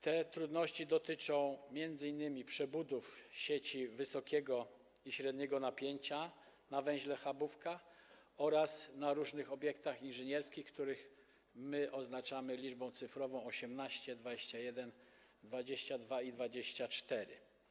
Te trudności dotyczą m.in. przebudowy sieci wysokiego i średniego napięcia na węźle Chabówka oraz na różnych obiektach inżynierskich, które oznaczamy liczbami: 18, 21, 22 i 24.